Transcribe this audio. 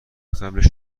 قبلش